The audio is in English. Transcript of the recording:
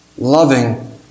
loving